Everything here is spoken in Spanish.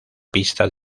pista